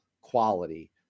quality